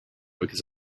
because